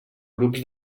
grups